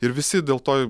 ir visi dėl to